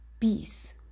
peace